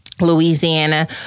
Louisiana